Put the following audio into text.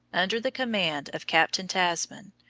under the command of captain tasman,